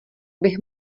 bych